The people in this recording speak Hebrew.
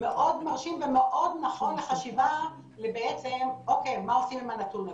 מאוד מרשים ומאוד נכון לחשיבה של בעצם אוקיי מה עושים עם הנתון הזה.